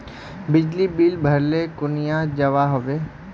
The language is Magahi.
बिजली बिल भरले कुनियाँ जवा होचे?